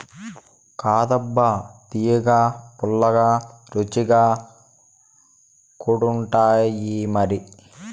కాదబ్బా తియ్యగా, పుల్లగా, రుచిగా కూడుండాయిమరి